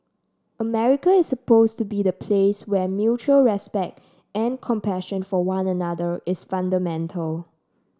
America is supposed to be the place where mutual respect and compassion for one another is fundamental